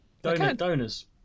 Donors